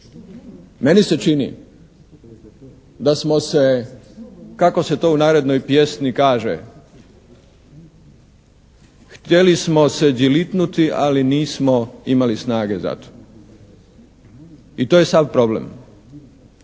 Meni se čini da smo se kako se to u narodnoj pjesmi kaže: "Htjeli smo se djelitnuti ali nismo imali snage za to.". I to je sav problem.